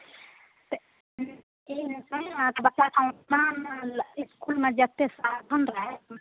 तऽ ह्म्म ई कहलहुँ अहाँके बच्चाकेँ इस्कुलमे जतेक साधन रहै